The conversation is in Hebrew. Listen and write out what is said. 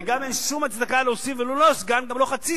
וגם אין שום הצדקה להוסיף, לא רק סגן,